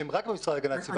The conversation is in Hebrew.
שהם רק במשרד להגנת הסביבה,